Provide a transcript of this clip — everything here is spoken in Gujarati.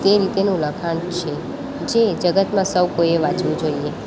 તે રીતનું લખાણ છે જે જગતમાં સૌ કોઈએ વાંચવું જઈએ